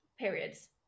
periods